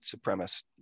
supremacist